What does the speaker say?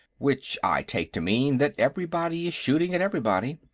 which i take to mean that everybody is shooting at everybody.